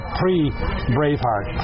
pre-Braveheart